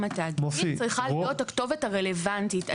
התאגידים צריכה להיות הכתובת הרלוונטית.